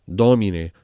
domine